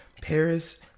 Paris